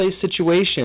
situation